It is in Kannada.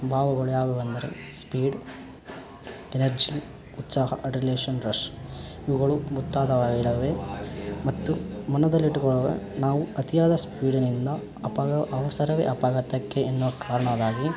ಭಾವಗಳು ಯಾವುವೆಂದರೆ ಸ್ಪೀಡ್ ಎನರ್ಜಿ ಉತ್ಸಾಹ ಅಡ್ರಿಲೇಷನ್ ರಶ್ ಇವುಗಳು ಮುಂತಾದವಾಗಿದಾವೆ ಮತ್ತು ಮನದಲ್ಲಿಟ್ಟುಕೊಳ್ಳುವ ನಾವು ಅತಿಯಾದ ಸ್ಪೀಡಿನಿಂದ ಅಪಘಾತ ಅವಸರವೇ ಅಪಘಾತಕ್ಕೆ ಎನ್ನೋ ಕಾರಣವಾಗಿ